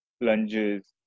lunges